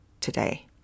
today